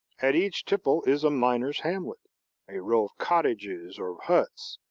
at each tipple is a miners' hamlet a row of cottages or huts,